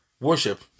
worship